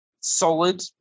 solid